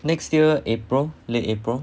next year april late april